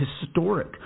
historic